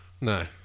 No